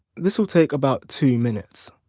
this will take about two minutes.